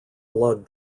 blood